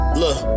look